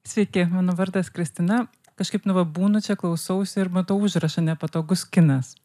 sveiki mano vardas kristina kažkaip nu va būnu čia klausausi ir matau užrašą nepatogus kinas